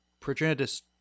Progenitus